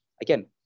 again